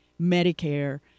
Medicare